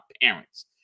parents